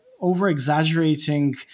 over-exaggerating